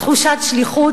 תחושת שליחות.